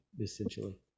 essentially